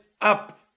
up